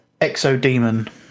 Exodemon